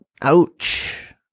Ouch